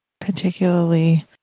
particularly